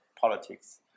politics